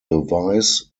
device